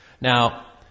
Now